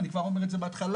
אני כבר אומר את זה בהתחלה,